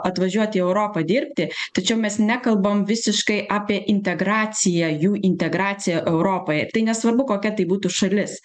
atvažiuot į europą dirbti tačiau mes nekalbam visiškai apie integraciją jų integraciją europoje tai nesvarbu kokia tai būtų šalis